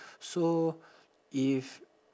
so if